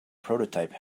prototype